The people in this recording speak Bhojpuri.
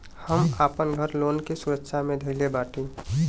हम आपन घर लोन के सुरक्षा मे धईले बाटी